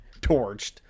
torched